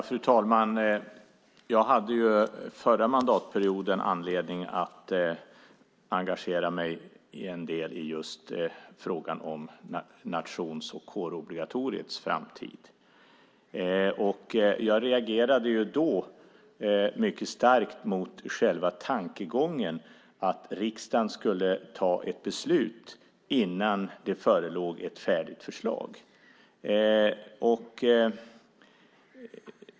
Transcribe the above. Fru talman! Jag hade förra mandatperioden anledning att engagera mig en del i just frågan om nations och kårobligatoriets framtid. Jag reagerade då mycket starkt mot själva tankegången att riksdagen skulle ta ett beslut innan det förelåg ett färdigt förslag.